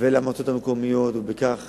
ולמועצות המקומיות, ובכך